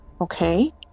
okay